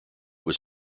was